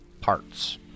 parts